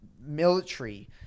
military